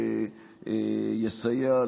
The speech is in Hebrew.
שיסייע,